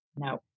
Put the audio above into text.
No